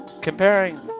comparing